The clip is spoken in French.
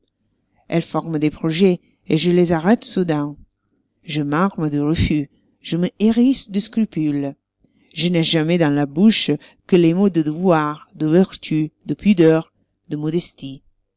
elles forment des projets et je les arrête soudain je m'arme de refus je me hérisse de scrupules je n'ai jamais dans la bouche que les mots de devoir de vertu de pudeur de modestie